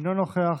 אינו נוכח.